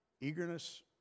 eagerness